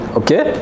okay